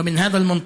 ובמובן זה,